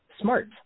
Smart